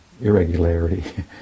irregularity